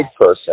person